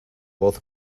voz